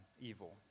evil